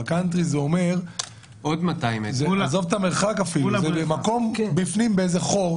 שזה אומר שזה מקום באיזה חור,